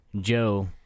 joe